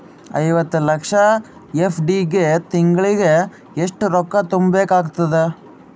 ಐವತ್ತು ಲಕ್ಷ ಎಫ್.ಡಿ ಗೆ ತಿಂಗಳಿಗೆ ಎಷ್ಟು ರೊಕ್ಕ ತುಂಬಾ ಬೇಕಾಗತದ?